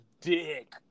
dick